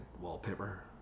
wallpaper